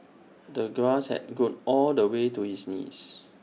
the grass had grown all the way to his knees